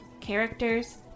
characters